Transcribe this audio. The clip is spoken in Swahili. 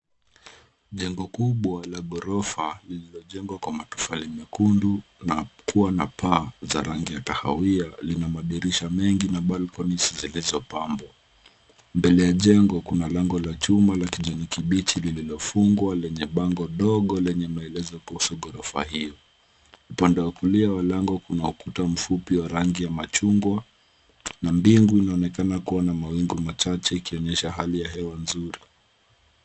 Jengo kubwa la gorofa lenye ukuta wa matufali mekundu na paa la rangi ya kahawia, lina madirisha mengi na sehemu za nguzo za zege zilizopambwa. Mbele ya jengo kuna mlango wa chuma wa kijani kibichi uliofungwa, ikiwa na bango dogo lenye taarifa kuhusu jengo hilo la gorofa.